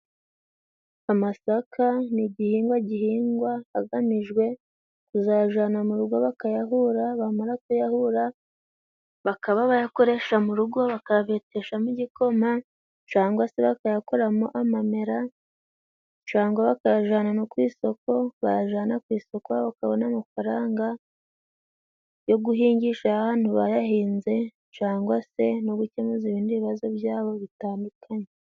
Amasaka ni igihingwa gihingwa hagamijwe kuzayajana mu rugo, bakayahura bamara kuyahura bakaba bayakoresha mu rugo bakayabeteshamo igikoma, cangwa se bakayakoramo amamera ,cangwa bakayajana no ku isoko bayajana ku isoko bakabona amafaranga yo guhingisha hahantu bayahinze, cangwa se no gukemura ibindi bibazo byabo bitandukanye.